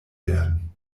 werden